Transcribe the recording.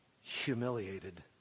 humiliated